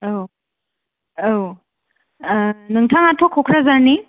औ औ नोंथांआथ क'क्राझारनि